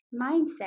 mindset